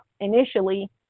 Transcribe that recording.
initially